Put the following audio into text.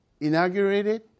inaugurated